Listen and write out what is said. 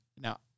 now